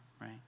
right